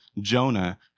Jonah